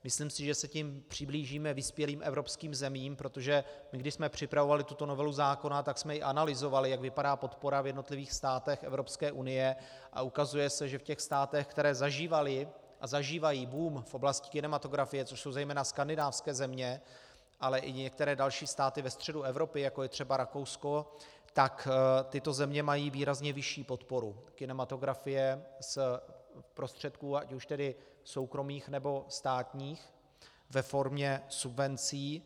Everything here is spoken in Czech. Myslím si, že se tím přiblížíme vyspělým evropským zemím, protože když jsme připravovali tuto novelu zákona, tak jsme i analyzovali, jak vypadá podpora v jednotlivých státech Evropské unie, a ukazuje se, že v těch státech, které zažívaly a zažívají boom v oblasti kinematografie, což jsou zejména skandinávské země, ale i některé další státy ve středu Evropy, jako je třeba Rakousko, tak tyto země mají výrazně vyšší podporu kinematografie z prostředků ať už tedy soukromých, nebo státních ve formě subvencí.